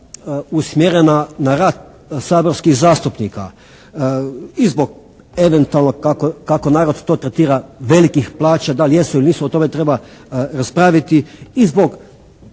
usmjerena na rad saborskih zastupnika i zbog eventualno kako narod to tretira velikih plaća, da li jesu ili nisu o tome treba raspraviti i zbog